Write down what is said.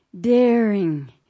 daring